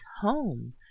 home